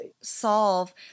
solve